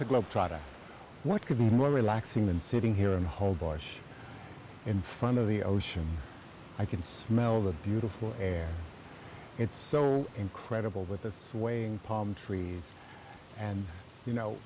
to globe trotting what could be more relaxing than sitting here in whole bush in front of the ocean i can smell the beautiful air it's so incredible with the swaying palm trees and you know